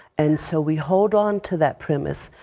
and so we hold on to that premise,